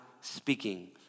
speaking